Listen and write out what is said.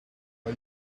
are